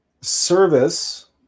service